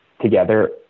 together